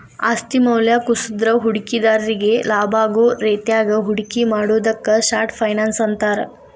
ಆಸ್ತಿ ಮೌಲ್ಯ ಕುಸದ್ರ ಹೂಡಿಕೆದಾರ್ರಿಗಿ ಲಾಭಾಗೋ ರೇತ್ಯಾಗ ಹೂಡಿಕೆ ಮಾಡುದಕ್ಕ ಶಾರ್ಟ್ ಫೈನಾನ್ಸ್ ಅಂತಾರ